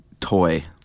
toy